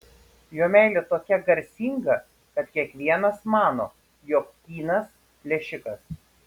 jo meilė tokia garsinga kad kiekvienas mano jog kynas plėšikas